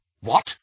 What